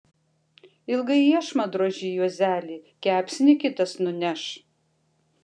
ilgai iešmą droži juozeli kepsnį kitas nuneš